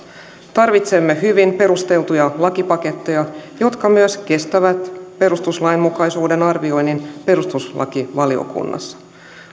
tarvitsemme hyvin perusteltuja lakipaketteja jotka myös kestävät perustuslainmukaisuuden arvioinnin perustuslakivaliokunnassa